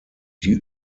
die